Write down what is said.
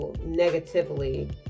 negatively